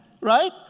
right